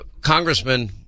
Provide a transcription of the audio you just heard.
congressman